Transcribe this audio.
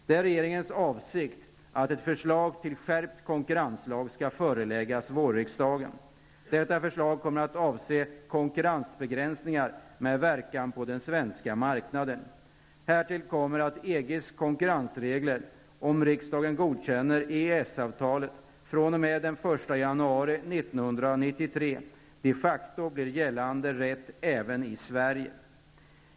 Det är regeringens avsikt att ett förslag till skärpt konkurrenslag skall föreläggas vårriksdagen. Detta förslag kommer att avse konkurrensbegränsningar med verkan på den svenska marknaden. Härtill kommer att EGs konkurrensregler, om riksdagen godkänner EES avtalet, fr.o.m. den 1 januari 1993 de facto blir gällande rätt även i Sverige.